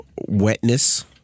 wetness